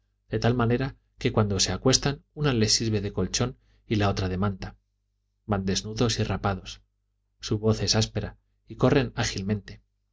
de tal manera que cuando se acuestan una les sirve de colchón y la otra de manta van desnudos y rapados su voz es áspera y corren ágilmente